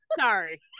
sorry